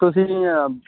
ਤੁਸੀਂ